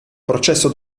processo